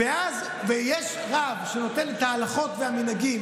אז יש רב שנותן את ההלכות והמנהגים